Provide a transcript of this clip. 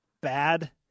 bad